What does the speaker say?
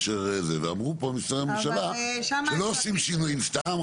אמרו פה במשרד הממשלה שלא עושים שינויים סתם,